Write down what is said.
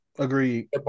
Agreed